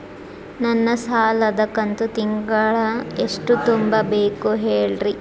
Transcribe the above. ನನ್ನ ಸಾಲದ ಕಂತು ತಿಂಗಳ ಎಷ್ಟ ತುಂಬಬೇಕು ಹೇಳ್ರಿ?